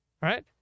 right